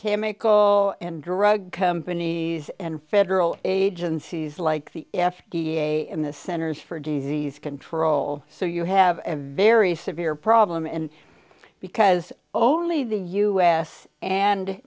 chemical and drug companies and federal agencies like the f d a and the centers for disease control so you have a very severe problem and because only the u s and